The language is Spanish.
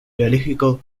biológico